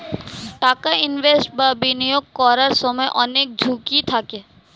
টাকা ইনভেস্ট বা বিনিয়োগ করার সময় অনেক ঝুঁকি থাকে